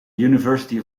university